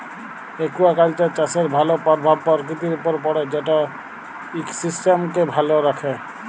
aquaculture চাষের ভালো পরভাব পরকিতির উপরে পড়ে যেট ইকসিস্টেমকে ভালো রাখ্যে